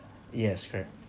yes correct